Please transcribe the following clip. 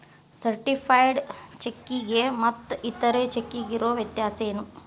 Certified ಚೆಕ್ಕಿಗೆ ಮತ್ತ್ ಇತರೆ ಚೆಕ್ಕಿಗಿರೊ ವ್ಯತ್ಯಸೇನು?